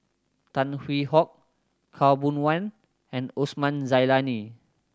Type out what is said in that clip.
Tan Hwee Hock Khaw Boon Wan and Osman Zailani